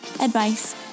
advice